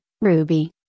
Ruby